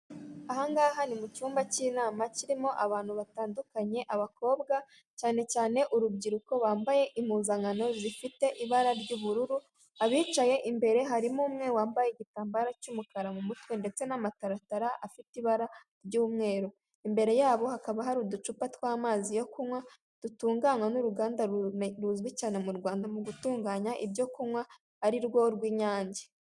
Ahangaha ni mu cyumba cy'inama kirimo abantu batandukanye abakobwa cyane cyane urubyiruko bambaye impuzankano zifite ibara ry'ubururu abicaye imbere harimo umwe wambaye igitamba cy'umukara mu mutwe ndetse n'amataratara afite ibara ry'umweru. L Imbere yabo hakaba hari uducupa tw'amazi yo kunywa dutunganywa n'uruganda ruzwi cyane mu Rwanda, mu gutunganya ibyo kunywa ari rwo rw'inyange.